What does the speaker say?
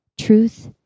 truth